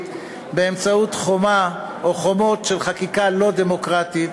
באמצעות חומה או חומות של חקיקה לא דמוקרטית,